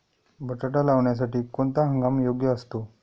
बटाटा लावण्यासाठी कोणता हंगाम योग्य असतो?